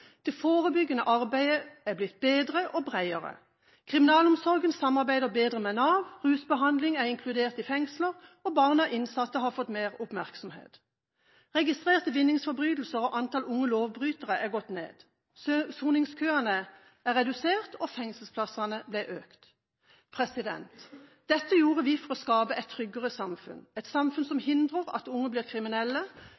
Det forebyggende arbeidet er blitt bedre og bredere. Kriminalomsorgen samarbeider bedre med Nav, rusbehandling er inkludert i fengsler, og barn av innsatte har fått mer oppmerksomhet. Registrerte vinningsforbrytelser og antall unge lovbrytere er gått ned. Soningskøene er redusert og fengselsplassene har økt. Dette gjorde vi for å skape et tryggere samfunn: et samfunn som